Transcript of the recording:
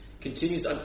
Continues